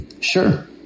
Sure